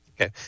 Okay